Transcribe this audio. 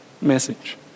message